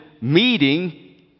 meeting